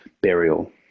burial